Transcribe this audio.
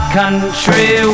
country